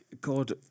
God